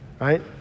right